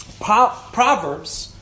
Proverbs